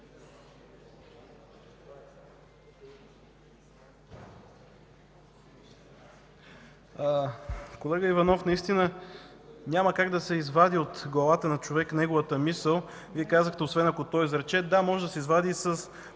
Колега Иванов, наистина няма как да се извади от главата на човек неговата мисъл. Вие казахте: освен ако той я изрече. Да, може да се извади и с